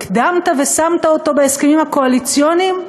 הקדמת ושמת אותו בהסכמים הקואליציוניים,